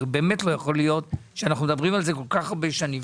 זה הרי באמת לא יכול להיות שאנחנו מדברים על זה כל כך הרבה שנים,